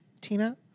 Tina